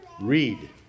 read